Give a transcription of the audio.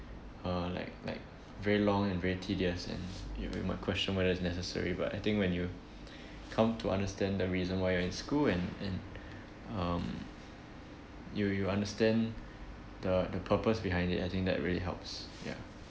uh like like very long and very tedious and you you might question whether it's necessary but I think when you come to understand the reason why you're in school and and um you you understand the the purpose behind it I think that really helps ya